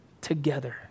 together